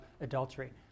adultery